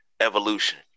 Evolution